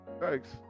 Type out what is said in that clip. Thanks